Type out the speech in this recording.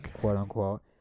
quote-unquote